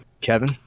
Kevin